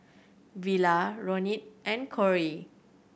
Vela Ronin and Corrie